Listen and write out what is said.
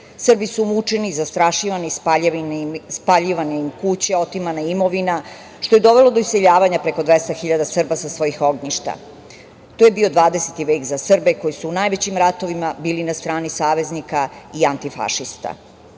Srbi su mučeni, zastrašivani, spaljivane im kuće, otimana imovina, što je dovelo do iseljavanja preko 200.000 Srba sa svojih ognjišta. To je bio 20. vek za Srbe, koji su u najvećim ratovima bili na strani saveznika i antifašista. Zato